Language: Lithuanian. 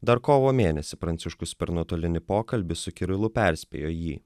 dar kovo mėnesį pranciškus per nuotolinį pokalbį su kirilu perspėjo jį